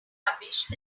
rubbish